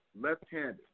left-handed